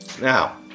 Now